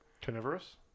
Carnivorous